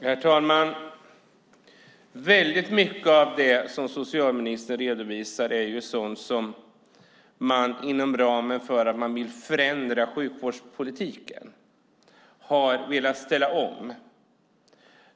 Herr talman! Mycket av det som socialministern redovisar är sådant som man inom ramen för att förändra sjukvårdspolitiken har velat ställa om.